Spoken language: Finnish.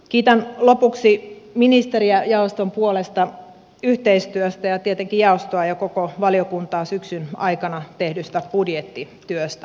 kiitän lopuksi ministeriä jaoston puolesta yhteistyöstä ja tietenkin jaostoa ja koko valiokuntaa syksyn aikana tehdystä budjettityöstä